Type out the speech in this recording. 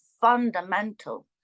fundamental